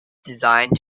designed